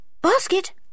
basket